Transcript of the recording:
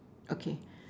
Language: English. okay